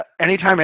anytime